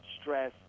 Stress